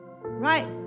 right